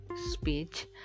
speech